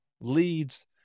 leads